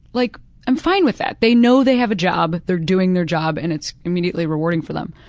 like i'm fine with that. they know they have a job, they're doing their job and it's immediately rewarding for them,